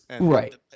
Right